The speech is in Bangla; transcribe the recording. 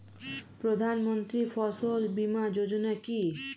প্রধানমন্ত্রী ফসল বীমা যোজনা কি?